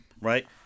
right